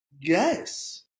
Yes